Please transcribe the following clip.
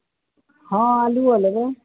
हाँ अलूओ लेबै